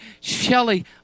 Shelly